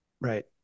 Right